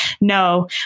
No